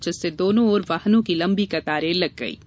जिससे दोनों ओर वाहनों की लंबी कतारें लग गई हैं